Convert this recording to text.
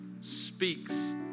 speaks